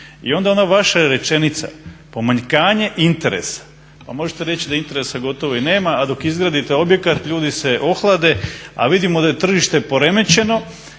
i onda ona vaša rečenica pomanjkanje interesa, pa možete reći da interesa gotovo i nema, a dok izgradite objekat ljudi se ohlade, a vidimo da je tržište poremećeno,